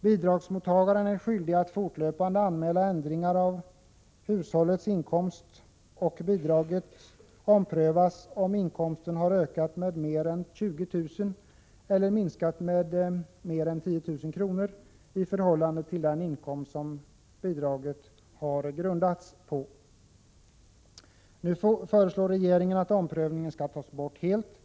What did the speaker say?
Bidragsmottagaren är skyldig att fortlöpande anmäla ändringar av hushållets inkomst, och bidraget omprövas om inkomsten har ökat med mer än 20 000 eller minskat med mer än 10 000 kr. i förhållande till den inkomst som bidraget har grundats på. Nu föreslår regeringen att omprövningen skall tas bort. Bostadsbidraget — Prot.